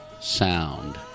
sound